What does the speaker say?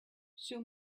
show